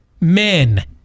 Men